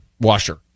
washer